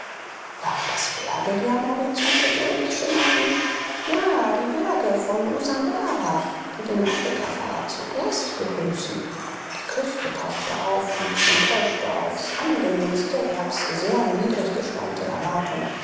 waren das berge die am horizonte bläulich schimmerten ja die berge von usambara die den afrikafahrer zuerst begrüßen die küste tauchte auf und enttäuschte aufs angenehmste erbs sehr niedrig gespannte erwartung